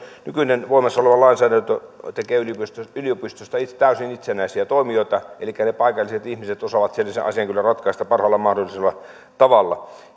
nykyinen voimassa oleva lainsäädäntö tekee yliopistoista täysin itsenäisiä toimijoita elikkä ne paikalliset ihmiset osaavat siellä sen asian kyllä ratkaista parhaalla mahdollisella tavalla